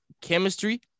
Chemistry